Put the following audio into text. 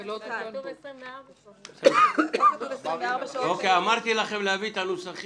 פה כתוב 24 שעות, זה הנוסח